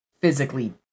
physically